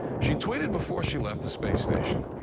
she tweeted before she left the space station,